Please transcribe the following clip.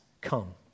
come